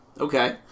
okay